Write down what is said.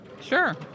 Sure